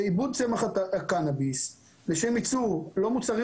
שעיבוד צמח הקנאביס לשם ייצור לא מוצרים